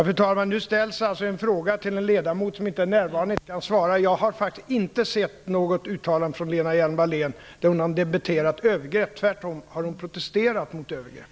Fru talman! Nu ställs en fråga till en ledamot som inte är närvarande och inte kan svara. Jag har inte sett något uttalande från Lena Hjelm-Wallén där hon har dementerat övergrepp. Tvärtom har hon protesterat mot övergrepp.